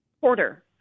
Porter